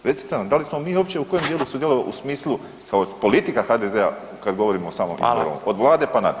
Recite nam da li smo mi uopće u kojem dijelu sudjelovali u smislu kao politika HDZ-a kad govorimo o [[Upadica: Hvala.]] samom izboru od Vlade pa nadalje.